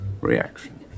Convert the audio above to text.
Reaction